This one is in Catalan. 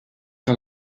que